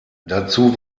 dazu